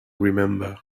remember